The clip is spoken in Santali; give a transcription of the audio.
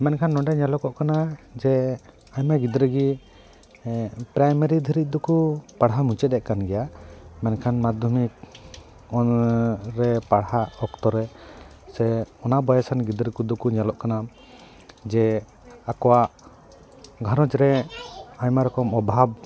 ᱢᱮᱱᱠᱷᱟᱱ ᱱᱚᱸᱰᱮ ᱧᱮᱞᱚᱜᱚᱜ ᱠᱟᱱᱟ ᱡᱮ ᱟᱭᱢᱟ ᱜᱤᱫᱽᱨᱟᱹ ᱜᱮ ᱯᱨᱟᱭᱢᱟᱹᱨᱤ ᱫᱷᱟᱹᱵᱤᱡ ᱫᱚᱠᱚ ᱯᱟᱲᱦᱟᱣ ᱢᱩᱟᱹᱫᱮᱫ ᱠᱟᱱ ᱜᱮᱭᱟ ᱢᱮᱱᱠᱷᱟᱱ ᱢᱟᱫᱽᱫᱷᱚᱢᱤᱠ ᱚᱱ ᱨᱮ ᱯᱟᱲᱦᱟᱜ ᱚᱠᱛᱚ ᱨᱮ ᱥᱮ ᱚᱱᱟ ᱵᱚᱭᱮᱥᱟᱱ ᱜᱤᱫᱟᱹᱨ ᱠᱚᱫᱚ ᱠᱚ ᱧᱮᱞᱚᱜ ᱠᱟᱱᱟ ᱡᱮ ᱟᱠᱚᱣᱟᱜ ᱜᱷᱟᱨᱚᱸᱡᱽ ᱨᱮ ᱟᱭᱢᱟ ᱨᱚᱠᱚᱢ ᱚᱵᱷᱟᱵᱽ